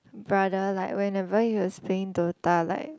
brother like whenever he was playing Dota like